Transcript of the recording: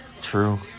True